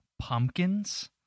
pumpkins